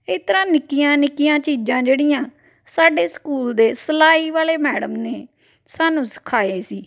ਇਸ ਤਰ੍ਹਾਂ ਨਿੱਕੀਆਂ ਨਿੱਕੀਆਂ ਚੀਜ਼ਾਂ ਜਿਹੜੀਆਂ ਸਾਡੇ ਸਕੂਲ ਦੇ ਸਿਲਾਈ ਵਾਲੇ ਮੈਡਮ ਨੇ ਸਾਨੂੰ ਸਿਖਾਏ ਸੀ